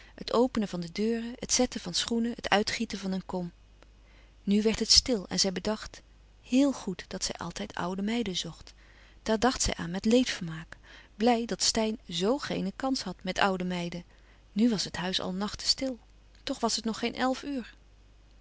het openen van de deuren het zetten van schoenen het uitgieten van een kom nu werd het stil en zij bedacht héel goed dat zij altijd oude meiden zocht daar dacht zij aan met leedvermaak blij dat steyn zo geen kans had met oude meiden nu was het huis al nachtestil toch was het nog geen elf uur